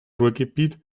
ruhrgebiet